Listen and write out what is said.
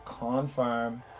Confirm